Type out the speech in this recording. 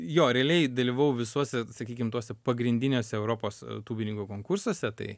jo realiai dalyvavau visuose sakykim tuose pagrindiniuose europos tūbininkų konkursuose tai